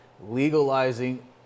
legalizing